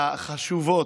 והחשובות,